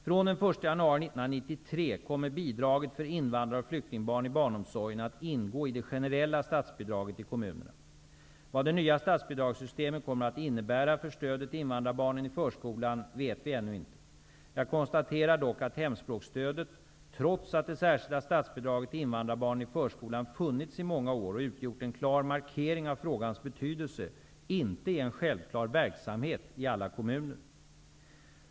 Från den 1 januari 1993 kommer bidraget för invandrar och flyktingbarn i barnomsorgen att ingå i det generella statsbidraget till kommunerna. Vad det nya statsbidragssystemet kommer att innebära för stödet till invandrarbarnen i förskolan, vet vi ännu inte. Jag konstaterar dock att hemspråksstödet, trots att det särskilda statsbidraget till invandrarbarnen i förskolan funnits i många år och utgjort en klar markering av frågans betydelse, inte är en självklar verksamhet i alla kommuner.